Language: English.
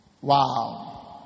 Wow